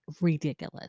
ridiculous